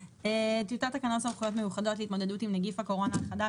טיוטת תקנות סמכויות מיוחדות להתמודדות עם נגיף הקורונה החדש